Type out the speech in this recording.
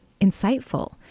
insightful